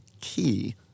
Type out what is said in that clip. key